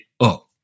up